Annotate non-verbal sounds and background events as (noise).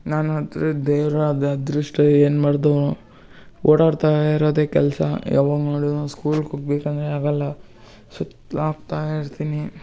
ನಾನು (unintelligible) ದೇವ್ರು ಅದು ಅದೃಷ್ಟ ಏನು ಬರೆದವ್ನೋ ಓಡಾಡ್ತಾ ಇರೋದೇ ಕೆಲಸ ಯಾವಾಗ ನೋಡಿರೂ ಸ್ಕೂಲ್ಗೆ ಹೋಗ್ಬೇಕ್ ಅಂದರೆ ಆಗೋಲ್ಲ ಸುತ್ಲ್ ಹಾಕ್ತಾ ಇರ್ತೀನಿ